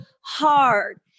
hard